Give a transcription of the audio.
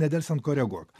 nedelsiant koreguok